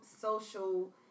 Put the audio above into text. social